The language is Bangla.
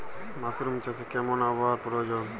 মাসরুম চাষে কেমন আবহাওয়ার প্রয়োজন?